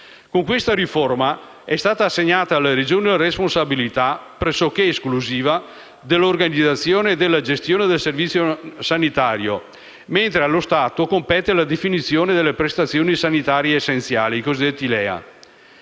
Con questa riforma è stata assegnata alle Regioni la responsabilità, pressoché esclusiva, dell'organizzazione e della gestione del servizio sanitario, mentre allo Stato compete la definizione delle prestazioni sanitarie essenziali (i cosiddetti LEA).